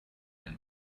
them